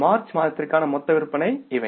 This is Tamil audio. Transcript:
மார்ச் மாதத்திற்கான மொத்த விற்பனை இவை